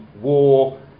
war